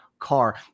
car